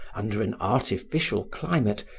under an artificial climate,